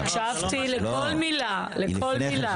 הקשבתי לכל מילה, לכל מילה.